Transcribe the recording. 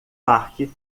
parque